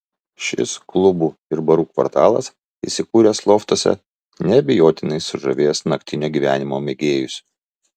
šis klubų ir barų kvartalas įsikūręs loftuose neabejotinai sužavės naktinio gyvenimo mėgėjus